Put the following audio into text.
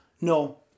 No